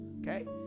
okay